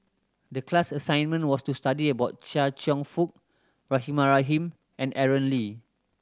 the class assignment was to study about Chia Cheong Fook Rahimah Rahim and Aaron Lee